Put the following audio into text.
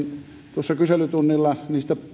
tuossa kyselytunnilla